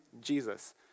Jesus